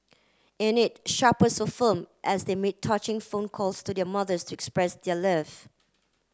in it shopper so firm as they made touching phone calls to their mothers to express their love